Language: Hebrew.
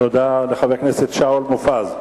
תודה לחבר הכנסת שאול מופז.